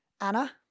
Anna